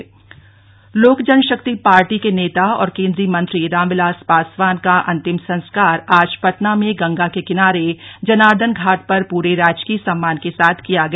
पासवान अंतिम यात्रा लोक जनशक्ति पार्टी के नेता और केन्द्रीय मंत्री रामविलास पासवान का अंतिम संस्कार आज पटना में गंगा के किनारे जनार्दन घाट पर पूरे राजकीय सम्मान के साथ किया गया